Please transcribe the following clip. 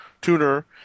tuner